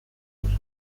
zuten